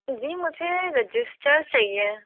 जी मुझे रजिस्टर चाहिए